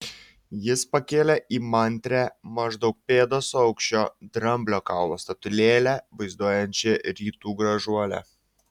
jis pakėlė įmantrią maždaug pėdos aukščio dramblio kaulo statulėlę vaizduojančią rytų gražuolę